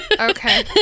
Okay